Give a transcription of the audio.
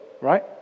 right